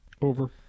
Over